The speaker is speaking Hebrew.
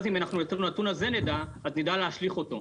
אם נדע את הנתון הזה, נדע להשליך אותו.